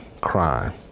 crime